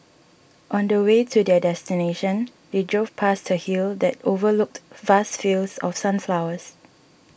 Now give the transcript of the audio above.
on the way to their destination they drove past a hill that overlooked vast fields of sunflowers